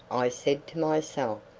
i said to myself,